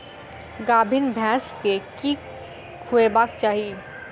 गाभीन भैंस केँ की खुएबाक चाहि?